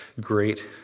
great